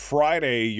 Friday